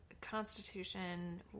constitution